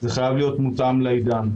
זה חייב להיות מותאם לעידן.